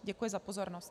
Děkuji za pozornost.